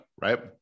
right